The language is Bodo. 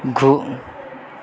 गु